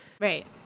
Right